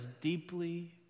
deeply